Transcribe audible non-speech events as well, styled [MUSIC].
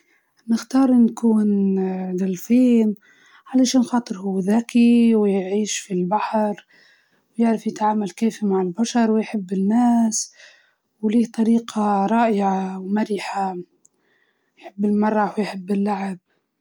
نختار نكون دولفين عشان هو ذكي ذكي، و [HESITATION] يعيش في البحر، و [HESITATION] يتفاعل مع الناس بطريقة سمحة، لو كنت حوت هنكون دولفين.